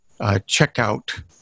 checkout